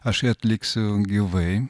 aš jį atliksiu gyvai